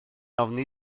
ofni